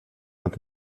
nad